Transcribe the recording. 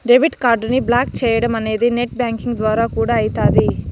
debit కార్డుని block చేయడమనేది net banking ద్వారా కూడా అయితాది